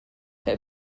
her